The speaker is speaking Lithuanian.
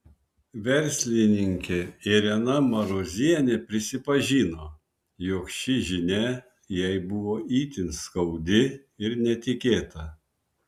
verslininkė irena marozienė prisipažino jog ši žinia jai buvo itin skaudi ir netikėta